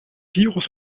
virus